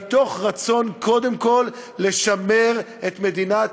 אלא מתוך רצון קודם כול לשמר את מדינת